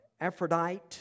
Aphrodite